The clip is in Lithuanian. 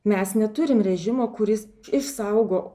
mes neturim režimo kuris išsaugo